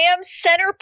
center